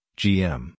gm